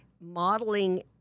modeling